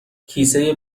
کیسه